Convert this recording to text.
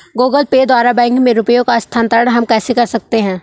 Google Pay द्वारा bank में रुपयों का स्थानांतरण हम कैसे कर सकते हैं?